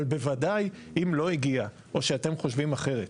אבל בוודאי אם לא הגיעה או שאתם חושבים אחרת.